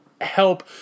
help